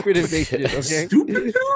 Stupid